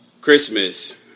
Christmas